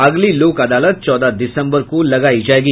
अगली लोक अदालत चौदह दिसंबर को लगायी जायेगी